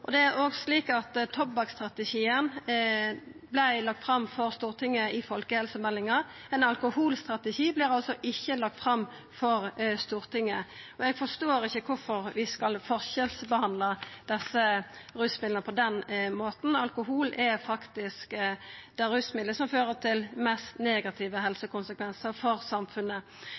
det. Det er òg slik at tobakksstrategien vart lagd fram for Stortinget i folkehelsemeldinga. Ein alkoholstrategi vert ikkje lagd fram for Stortinget, og eg forstår ikkje kvifor vi skal forskjellsbehandla desse rusmidla på den måten. Alkohol er faktisk det rusmiddelet som fører til flest negative helsekonsekvensar for samfunnet.